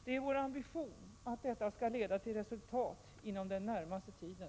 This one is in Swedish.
Det är vår ambition att detta skall leda till resultat inom den närmaste tiden.